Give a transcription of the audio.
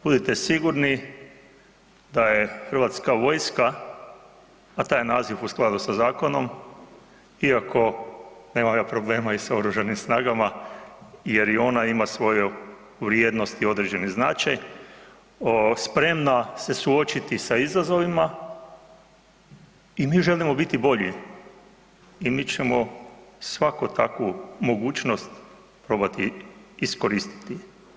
Budite sigurni da je hrvatska vojska a taj naziv u skladu sa zakonom, iako nemam ja problema i sa OS-om jer i ona ima svoju vrijednost i određeni značaj, sprema se suočiti sa izazovima i mi želimo biti bolji i mi ćemo svaku takvu mogućnosti probati iskoristiti.